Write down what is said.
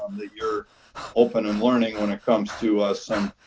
that your opening and learning when it comes to some